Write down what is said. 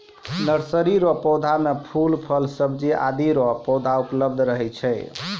nursery रो पौधा मे फूल, फल, सब्जी आदि रो पौधा उपलब्ध रहै छै